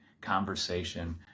conversation